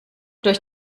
durch